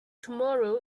tomorrow